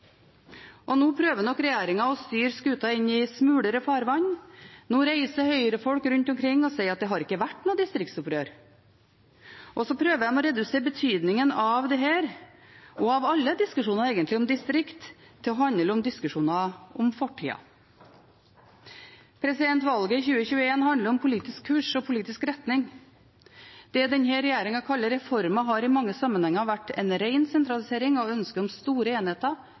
og Fremskrittspartiet. Nå prøver nok regjeringen å styre skuta inn i smulere farvann. Nå reiser Høyre-folk rundt omkring og sier at det ikke har vært noe distriktsopprør. Og de prøver å redusere betydningen av dette og egentlig av alle diskusjoner om distrikter, til å handle om diskusjoner om fortida. Valget i 2021 handler om politisk kurs og politisk retning. Det denne regjeringen kaller reformer, har i mange sammenhenger vært en ren sentralisering og et ønske om store enheter,